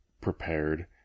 prepared